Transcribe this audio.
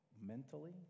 mentally